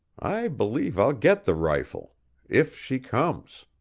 i believe i'll get the rifle if she comes!